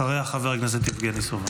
אחריה, חבר הכנסת יבגני סובה.